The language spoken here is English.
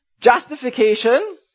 Justification